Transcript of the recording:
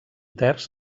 terç